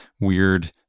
weird